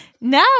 no